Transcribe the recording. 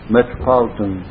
Metropolitan